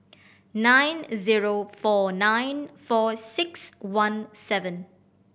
nine zero four nine four six one seven